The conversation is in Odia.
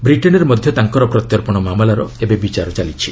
ବ୍ରିଟେନ୍ରେ ମଧ୍ୟ ତାଙ୍କର ପ୍ରତ୍ୟର୍ପଣ ମାମଲାର ବିଚାର ଚାଲିଛି